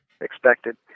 expected